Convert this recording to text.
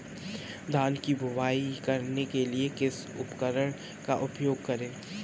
धान की बुवाई करने के लिए किस उपकरण का उपयोग करें?